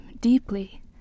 deeply